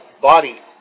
body